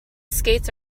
skates